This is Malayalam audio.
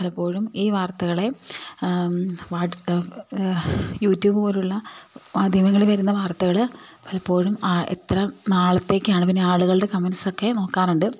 പലപ്പോഴും ഈ വാർത്തകളെ ഈ യൂട്യൂബ് പോലെയുള്ള മാധ്യമങ്ങളിൽ വരുന്ന വാർത്തകൾ പലപ്പോഴും എത്ര നാളത്തേക്കാണ് പിന്നെ ആളുകളുടെ കമൻസൊക്കെ നോക്കാറുണ്ട്